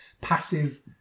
passive